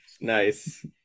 Nice